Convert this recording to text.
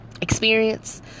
experience